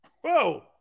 Whoa